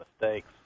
mistakes